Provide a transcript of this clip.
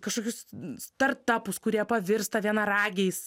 kažkokius startapus kurie pavirsta vienaragiais